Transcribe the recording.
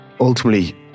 ultimately